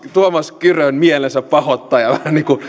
tuomas kyrön mielensäpahoittaja